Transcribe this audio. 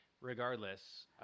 Regardless